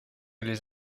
les